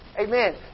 Amen